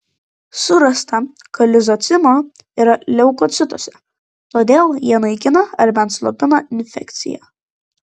surasta kad lizocimo yra leukocituose todėl jie naikina ar bent slopina infekciją